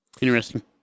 Interesting